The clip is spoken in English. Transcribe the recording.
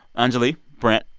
anjuli, brent,